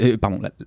Pardon